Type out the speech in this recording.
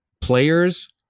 Players